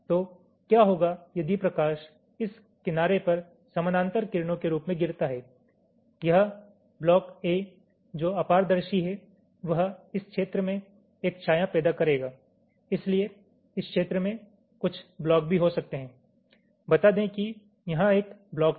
तो क्या होगा यदि प्रकाश इस किनारे पर समानांतर किरणों के रूप में गिरता है यह ब्लॉक A जो अपारदर्शी है वह इस क्षेत्र में एक छाया पैदा करेगा इसलिए इस क्षेत्र में कुछ ब्लॉक भी हो सकते हैं बता दें कि यहां एक ब्लॉक था